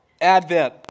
Advent